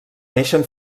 neixen